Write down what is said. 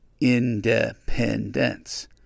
Independence